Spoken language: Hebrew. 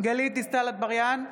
גלית דיסטל אטבריאן,